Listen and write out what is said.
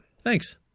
thanks